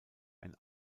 ein